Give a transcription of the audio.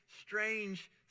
strange